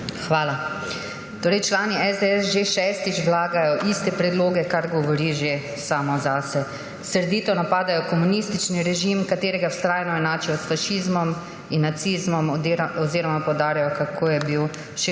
Hvala. Člani SDS torej že šestič vlagajo iste predloge, kar govori že samo zase. Srdito napadajo komunistični režim, ki ga vztrajno enačijo s fašizmom in nacizmom oziroma poudarjajo, kako je bil še